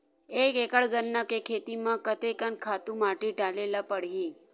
एक एकड़ गन्ना के खेती म कते कन खातु माटी डाले ल पड़ही?